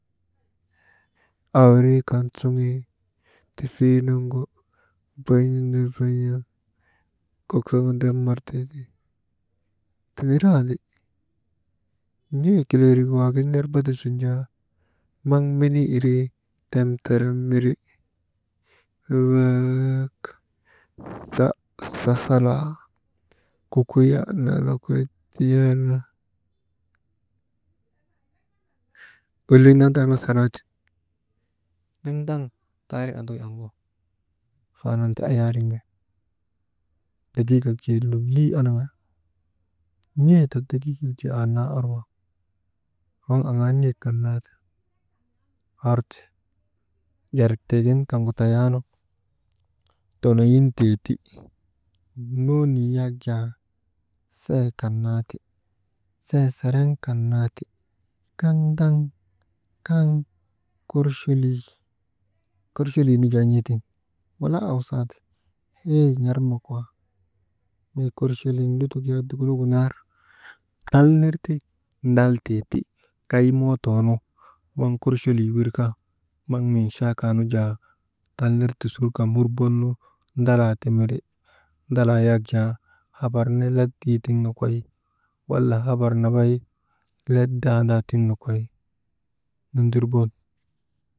Aawirii kan suŋii, tisii nuŋgu, bon̰ nun ner bon̰ nun kok sundar martee ti, tinilandi n̰ee kileerik waagin ner bada sun jaa, maŋ menii irii temterem miri, «Hesitation» sasalaa kukuyaa naa nokoy tiyay nu, oli nandana salaa ti ndaŋ ndaŋ taariŋ anduy aŋuu fanan ti ayaariŋ ni degiigak jee lolii annaŋa n̰e ta degiigak jee annaa orŋo, waŋ anŋaa niyek kan naa hor ti, barik tii gin kaŋgutayaanu tonoyintee ti, noni yak jaa see kan naa ti seesereŋ kan naa ti, daŋ kaŋ korcholi korcholii nu jaa n̰ee tiŋ wala awsandi, hee n̰armak wa mii lutok yak korcholin dukunogu nar, tal ner ti ndaltee ti, kay mootooonu waŋ korcholii wirka, maŋ minchaakaa nun jaa talner tusurka murbon nu, ndalaa ti miri, ndalaa yak jaa habar neendada let dii tiŋ nokoy wala habar nambay let daandaa tiŋ nokoy nundurbon.